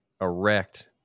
erect